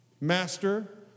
master